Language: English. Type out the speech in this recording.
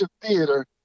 theater